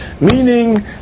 meaning